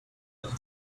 tile